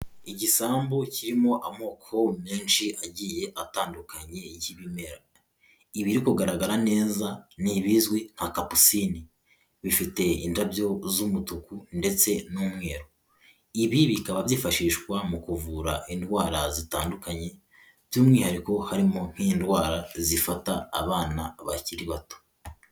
Igisambu kirimo amokoro menshi agiye atandukanye y'ibimera, ibiri kugaragara neza ni ibizwi nka kapusine, bifite indabyo z'umutuku ndetse n'umweru, ibi bikaba byifashishwa mu kuvura indwara zitandukanye, by'umwihariko harimo nk'indwara zifata abana bakiri bato.